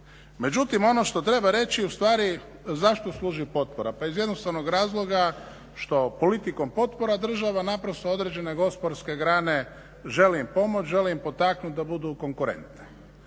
Međutim ono što treba reći ustvari, zašto služi potpora pa iz jednostavnog razloga što politikom potpora država naprosto određene gospodarske grane želi im pomoći, želi im potaknuti da budu konkurentne